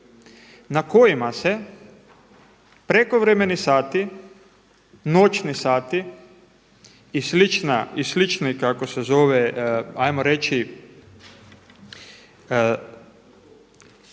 na kojima se prekovremeni sati, noćni sati i slični kako se zove ajmo reći